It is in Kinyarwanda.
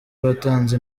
watanze